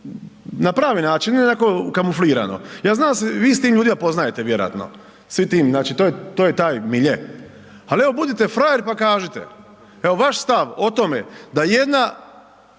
na pravi način, ne onako kamuflirano. Ja znam da se vi s tim ljudima poznajete vjerojatno svim tim, znači to je taj milje, ali evo budite frajer pa kažite, vaš stav o tome da jedna